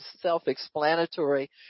self-explanatory